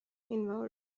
involved